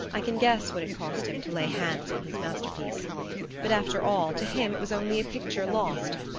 i can guess what it cost him to lay hands on his masterpiece but, after all, to him it was only a picture lost,